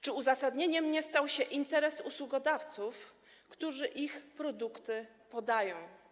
Czy uzasadnieniem nie stał się interes usługodawców, którzy ich produkty podają?